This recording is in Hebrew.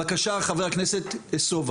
בבקשה ח"כ סובה.